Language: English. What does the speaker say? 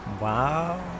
Wow